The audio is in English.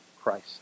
Christ